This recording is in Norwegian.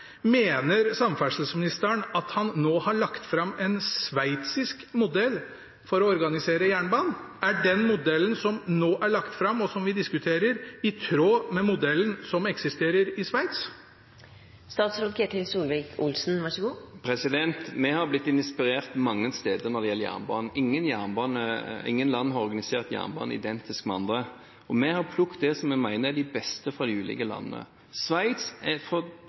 Mener samferdselsministeren at han nå har lagt fram en sveitsisk modell for å organisere jernbanen? Er den modellen som nå er lagt fram, og som vi diskuterer, i tråd med modellen som eksisterer i Sveits? Vi har blitt inspirert mange steder når det gjelder jernbane. Ingen land har organisert jernbanen identisk med andre. Vi har plukket det vi mener er det beste fra de ulike landene. Sveits er